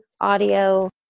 audio